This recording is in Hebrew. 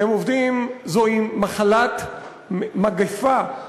זו מחלת מגפה,